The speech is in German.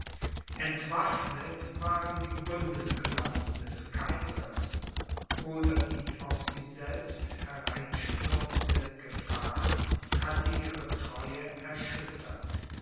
entwaffnet waren die bundesgenossen des kaisers oder die auf sie selbst hereinstürmende gefahr hatte ihre treue erschüttert